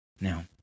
Now